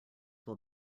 will